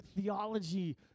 theology